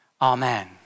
Amen